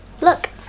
Look